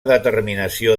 determinació